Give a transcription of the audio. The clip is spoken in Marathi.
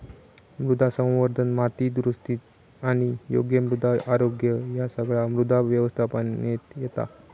मृदा संवर्धन, माती दुरुस्ती आणि योग्य मृदा आरोग्य ह्या सगळा मृदा व्यवस्थापनेत येता